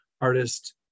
artist